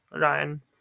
Ryan